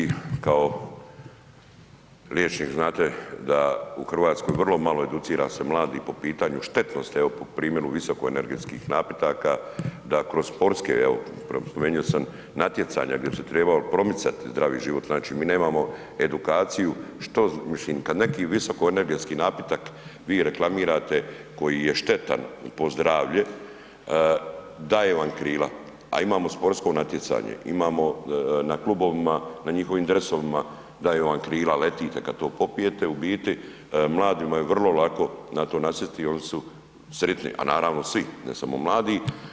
Kolega Jovanović, vi kao liječnik znate da u Hrvatskoj educira se mladih po pitanju štetnosti evo po primjeru visokoenergetskih napitaka, da kroz sportske evo spomenuo sam natjecanja gdje bi se trebao promicati život, znači mi nemamo edukaciju što, mislim kad neki visokoenergetski napitak vi reklamirate koji je štetan po zdravlje „daje vam krila“, a imamo sportsko natjecanje, imamo na klubovima na njihovim dresovima „daje vam krila“ letite kad to popijete, u biti mladima je vrlo lako na to nasjesti i oni su sritni, a naravno svi, ne samo mladi.